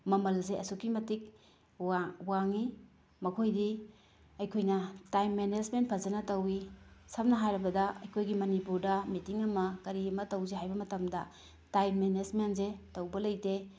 ꯃꯃꯜꯁꯦ ꯑꯁꯨꯛꯀꯤ ꯃꯇꯤꯛ ꯋꯥꯡꯏ ꯃꯈꯣꯏꯗꯤ ꯑꯩꯈꯣꯏꯅ ꯇꯥꯏꯝ ꯃꯦꯅꯦꯖꯃꯦꯟ ꯐꯖꯅ ꯇꯧꯏ ꯁꯝꯅ ꯍꯥꯏꯔꯕꯗ ꯑꯩꯈꯣꯏꯒꯤ ꯃꯅꯤꯄꯨꯔꯗ ꯃꯤꯇꯤꯡ ꯑꯃ ꯀꯔꯤ ꯑꯃ ꯇꯧꯁꯦ ꯍꯥꯏꯕ ꯃꯇꯝꯗ ꯇꯥꯏꯝ ꯃꯦꯅꯦꯖꯃꯦꯟꯁꯦ ꯇꯧꯕ ꯂꯩꯇꯦ